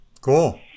Cool